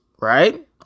right